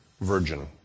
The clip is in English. virgin